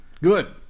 Good